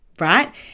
right